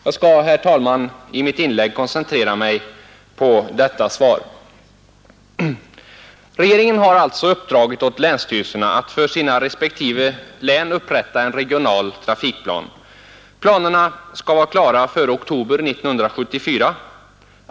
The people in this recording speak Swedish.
Jag skall, herr talman, i mitt inlägg koncentrera mig på detta svar. Regeringen har alltså uppdragit åt länsstyrelserna att för sina respektive län upprätta en regional trafikplan. Planerna skall vara klara före oktober 1974.